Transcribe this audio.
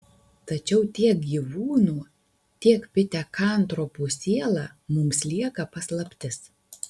tačiau tiek gyvūnų tiek pitekantropų siela mums lieka paslaptis